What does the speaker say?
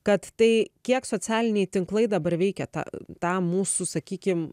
kad tai kiek socialiniai tinklai dabar veikia tą tą mūsų sakykim